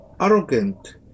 arrogant